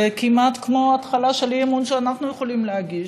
זה כמעט כמו התחלה של אי-אמון שאנחנו יכולים להגיש.